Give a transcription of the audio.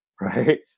Right